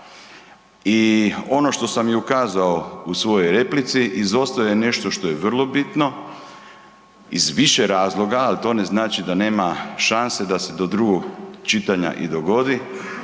I ono što sam i ukazao u svojoj replici izostavljeno je nešto što je vrlo bitno iz više razloga, a to ne znači da nema šanse da se do drugog čitanja i dogodi,